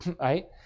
right